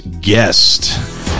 guest